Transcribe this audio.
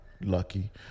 lucky